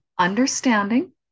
Understanding